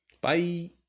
Bye